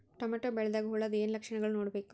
Tomato ಬೆಳಿದಾಗ್ ಹುಳದ ಏನ್ ಲಕ್ಷಣಗಳು ನೋಡ್ಬೇಕು?